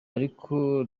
ariko